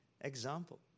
example